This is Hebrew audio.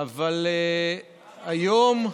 אבל היום,